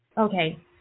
Okay